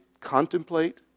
contemplate